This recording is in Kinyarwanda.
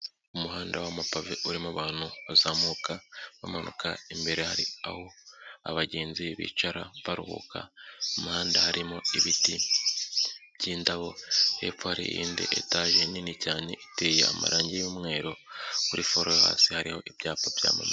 Umuhanda w'amapave urimo abantu bazamuka bamanuka, imbere hari aho abagenzi bicara baruhuka, umuhanda harimo ibiti by'indabo hepfo hari iyindi etaje nini cyane iteye amarangi y'umweru, kuri folo yo hasi hariho ibyapa byamamaza.